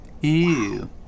Ew